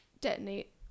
detonate